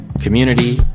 community